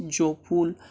Gafur